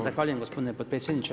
Zahvaljujem gospodine potpredsjedniče.